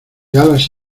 alas